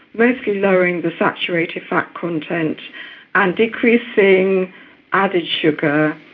mostly lowering the saturated fat content and decreasing added sugar,